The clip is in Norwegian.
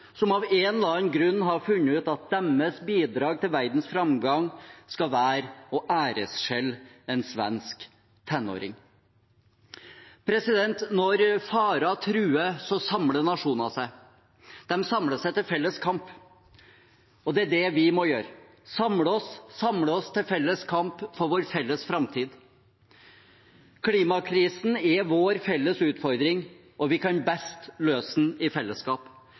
som av en eller annen grunn har funnet ut at deres bidrag til verdens framgang skal være å æreskjelle en svensk tenåring. Når farer truer, samler nasjoner seg, de samler seg til felles kamp. Det er det vi må gjøre, samle oss til felles kamp for vår felles framtid. Klimakrisen er vår felles utfordring, og vi kan best løse den i fellesskap.